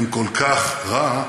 אם כל כך רע,